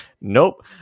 Nope